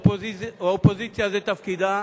האופוזיציה, זה תפקידה.